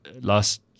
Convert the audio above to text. last